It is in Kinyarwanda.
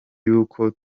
y’uko